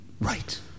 Right